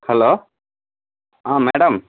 hello ah madam